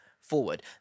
forward